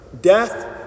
Death